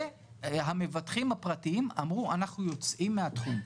והמבטחים הפרטיים אמרו, אנחנו יוצאים מהתחום.